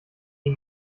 die